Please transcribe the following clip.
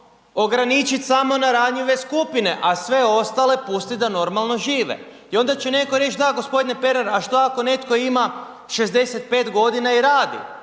ograničiti samo na ranjive skupine, a sve ostale pustit da normalno žive. I onda će neko reći, da gospodine Pernar, a šta ako neko ima 65 godina i radi